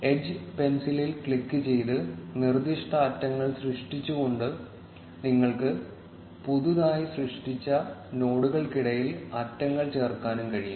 edge പെൻസിലിൽ ക്ലിക്കുചെയ്ത് നിർദ്ദിഷ്ട അറ്റങ്ങൾ സൃഷ്ടിച്ചുകൊണ്ട് നിങ്ങൾക്ക് പുതുതായി സൃഷ്ടിച്ച നോഡുകൾക്കിടയിൽ അറ്റങ്ങൾ ചേർക്കാനും കഴിയും